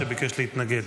שביקש להתנגד.